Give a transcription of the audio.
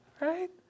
Right